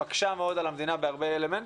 מקשה מאוד על המדינה בהרבה אלמנטים,